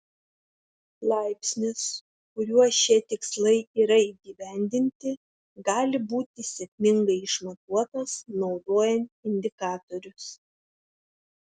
laipsnis kuriuo šie tikslai yra įgyvendinti gali būti sėkmingai išmatuotas naudojant indikatorius